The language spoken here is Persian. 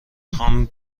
خوام